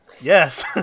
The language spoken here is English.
Yes